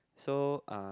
so uh